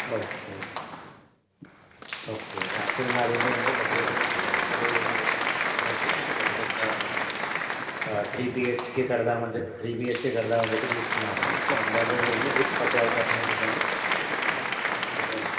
okay okay okay actually నాది ఏంటంటే దగ్గర దగ్గర మూడు గుంటలు భూమి అండి నాకు దగ్గర దగ్గర త్రీ బీహెచ్కే కడదామని చెప్పి త్రీ బీహెచ్కే కడదామని చెప్పి చూస్తున్నాను సో అందాజగా ఎన్ని బ్రిక్స్ పట్టే అవకాశం ఉంటుంది అండి